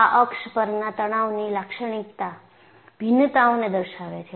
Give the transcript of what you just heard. આ અક્ષ પરના તણાવની લાક્ષણિક ભિન્નતાઓને દર્શાવે છે